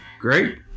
Great